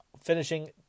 finishing